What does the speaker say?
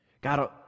God